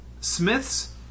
Smiths